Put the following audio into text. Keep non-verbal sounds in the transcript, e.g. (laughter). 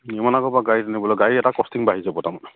(unintelligible)